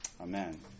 Amen